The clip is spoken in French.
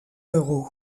euro